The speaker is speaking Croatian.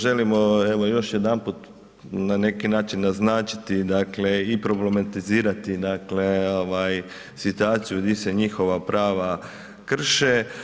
Želio evo još jedanput na neki način naznačiti i problematizirati dakle situaciju gdje se njihova prava krše.